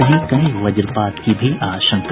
कहीं कहीं वज्रपात की भी आशंका